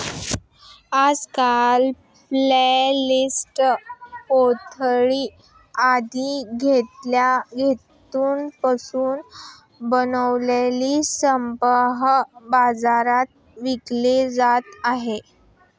आजकाल प्लास्टिक, पितळ आदी धातूंपासून बनवलेले सूपही बाजारात विकले जात आहेत